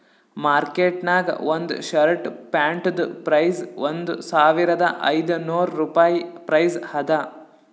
market ನಾಗ್ ಒಂದ್ shirt ಪ್ಯಾಂಟ್ದು ಪ್ರೈಸ್ ಒಂದ್ ಸಾವಿರದ ಐದ ನೋರ್ ರುಪಾಯಿ ಪ್ರೈಸ್ ಅದಾ